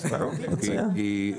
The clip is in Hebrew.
מצוין.